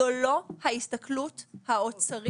זו לא ההסתכלות האוצרית.